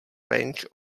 range